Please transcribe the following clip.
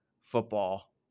football